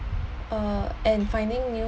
uh and finding new